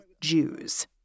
Jews